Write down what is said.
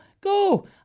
go